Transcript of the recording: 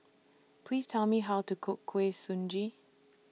Please Tell Me How to Cook Kuih Suji